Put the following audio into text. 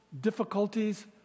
difficulties